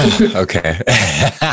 Okay